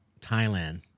Thailand